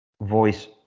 voice